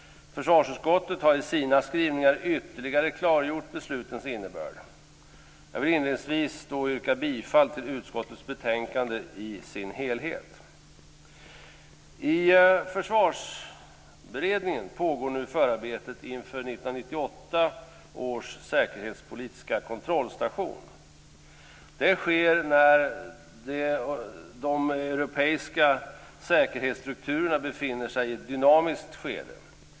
Försvarsutskottet har i sina skrivningar ytterligare klargjort beslutens innebörd. Jag vill inledningsvis yrka bifall till hemställan i utskottets betänkande i sin helhet. I Försvarsberedningen pågår nu förarbetet inför 1998 års säkerhetspolitiska kontrollstation. Det sker när de europeiska säkerhetsstrukturerna befinner sig i ett dynamiskt skede.